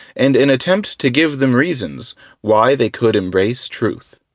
and an attempt to give them reasons why they could embrace truth.